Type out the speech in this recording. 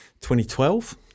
2012